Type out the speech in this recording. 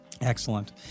Excellent